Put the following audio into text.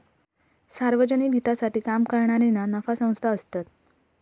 सार्वजनिक हितासाठी काम करणारे ना नफा संस्था असतत